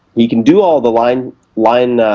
he can do all the line line